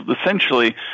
essentially